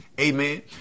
Amen